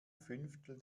fünftel